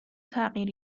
تغییر